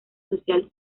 social